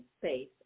space